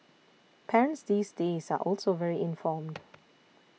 parents these days are also very informed